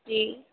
जी